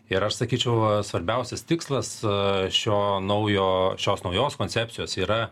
ir aš sakyčiau va svarbiausias tikslas šio naujo šios naujos koncepcijos yra